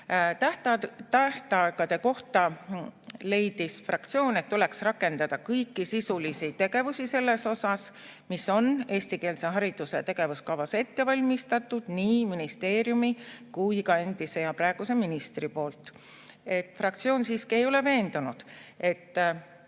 Tähtaegade kohta leidis fraktsioon, et tuleks rakendada kõiki sisulisi tegevusi selles osas, mis on eestikeelse hariduse tegevuskavas ette valmistatud nii ministeeriumi kui ka endise ja praeguse ministri poolt. Fraktsioon siiski ei ole veendunud,